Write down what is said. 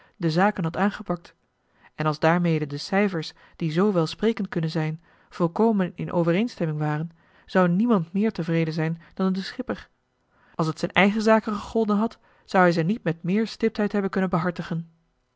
de zaken had aangepakt en als daarmede de cijfers die zoo welsprekend kunnen zijn volkomen in overeenstemming waren zou niemand meer tevreden zijn dan de schipper als het zijn eigen zaken gegolden had zou hij ze niet met meer stiptheid hebben kunnen behartigen